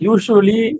Usually